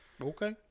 Okay